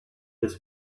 his